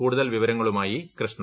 കൂടുതൽ വിവരങ്ങളുമായി കൃഷ്ണ